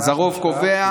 אז הרוב קובע,